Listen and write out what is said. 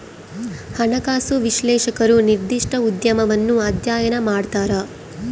ಹಣಕಾಸು ವಿಶ್ಲೇಷಕರು ನಿರ್ದಿಷ್ಟ ಉದ್ಯಮವನ್ನು ಅಧ್ಯಯನ ಮಾಡ್ತರ